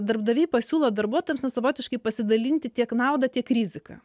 darbdaviai pasiūlo darbuotojams na savotiškai pasidalinti tiek naudą tiek riziką